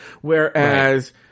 whereas